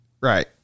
Right